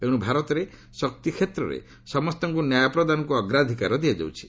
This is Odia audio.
ଏଣ୍ର ଭାରତରେ ଶକ୍ତିକ୍ଷେତ୍ରରେ ସମସ୍ତଙ୍କ ନ୍ୟାୟପ୍ରଦାନକୁ ଅଗ୍ରାଧକାର ଦିଆଯାଉଛି